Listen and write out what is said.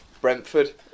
Brentford